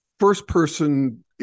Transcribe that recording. first-person